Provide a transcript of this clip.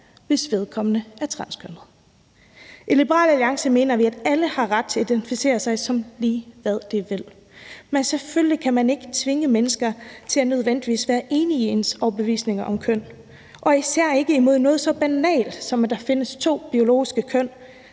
hvis vedkommende er transkønnet. I Liberal Alliance mener vi, at alle har ret til at identificere sig som lige, hvad de vil, men selvfølgelig kan man ikke tvinge mennesker til nødvendigvis at være enige i ens overbevisninger om køn og især ikke, når det drejer sig om noget så banalt, som at der findes to biologiske køn,